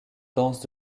danse